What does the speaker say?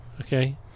Okay